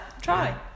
Try